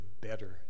better